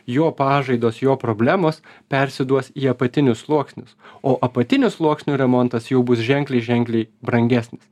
jo pažaidos jo problemos persiduos į apatinius sluoksnius o apatinių sluoksnių remontas jau bus ženkliai ženkliai brangesnis